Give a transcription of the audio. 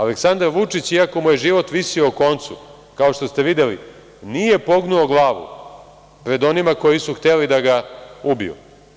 Aleksandar Vučić, iako mu je život visio o koncu, kao što ste videli, nije pognuo glavu pred onima koji su hteli da ga ubiju.